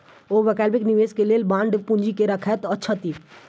ओ वैकल्पिक निवेशक लेल बांड पूंजी के रखैत छथि